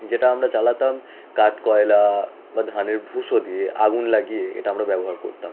যেটা আমরা জ্বালাতাম কাঠ কয়লা বা ধানের ভুষো দিয়ে আগুন লাগিয়ে এটা আমরা ব্যবহার করতাম